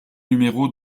numéro